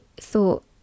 thought